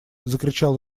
закричал